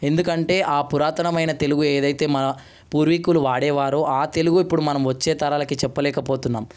ఎందుకంటే పురాతనమయిన తెలుగు ఏదయితే మన పూర్వీకులు వాడే వారో తెలుగు ఇప్పుడు మనం వచ్చే తరాలకి చెప్పలేకపోతున్నాం